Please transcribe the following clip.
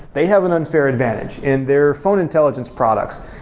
they have an unfair advantage in their phone intelligence products.